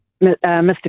Mr